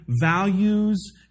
values